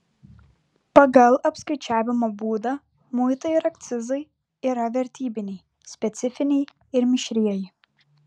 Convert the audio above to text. pagal apskaičiavimo būdą muitai ir akcizai yra vertybiniai specifiniai ir mišrieji